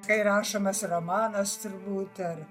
kai rašomas romanas turbūt ar